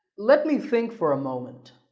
let me think for a moment.